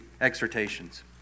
exhortations